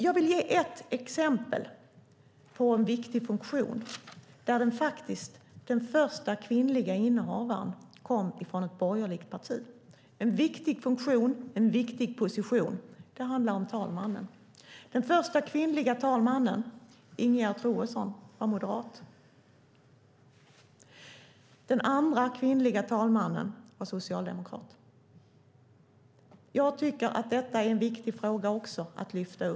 Jag vill ge ett exempel på en viktig funktion där den första kvinnliga innehavaren kom från ett borgerligt parti - en viktig funktion, en viktig position. Det handlar om talmannen. Den första kvinnliga talmannen, Ingegerd Troedsson, var moderat. Den andra kvinnliga talmannen var socialdemokrat. Jag tycker att detta också är en viktig fråga att lyfta fram.